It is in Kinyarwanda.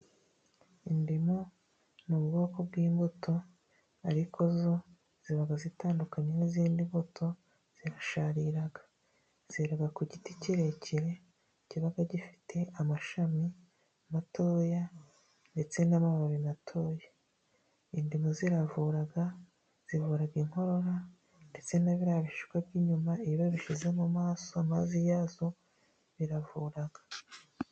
Indimu ni ubwoko bw'imbuto ariko zo ziba zitandukanye n'izindi mbuto zirasharira, zera ku giti kirekire kiba gifite amashami mato ndetse n'amababi mato. Indimu ziravura zivura inkorora ndetse na biriya bishishwa by'inyuma iyo babishyize mu maraso amazi yazo biravura.